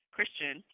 Christian